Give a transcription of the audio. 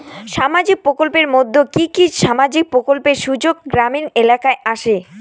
সামাজিক প্রকল্পের মধ্যে কি কি সামাজিক প্রকল্পের সুযোগ গ্রামীণ এলাকায় আসে?